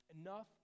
enough